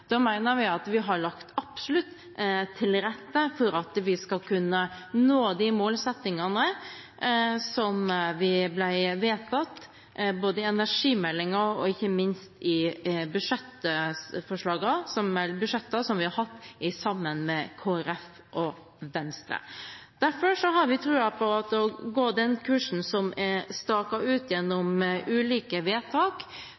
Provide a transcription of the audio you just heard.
mener vi at man absolutt har lagt til rette for at vi skal kunne nå de målsettingene som er vedtatt både i forbindelse med energimeldingen og ikke minst gjennom budsjettene som vi har hatt sammen med Kristelig Folkeparti og Venstre. Derfor har vi troen på å ta den kursen som er staket ut